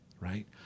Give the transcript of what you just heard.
Right